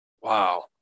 Wow